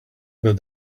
but